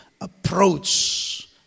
approach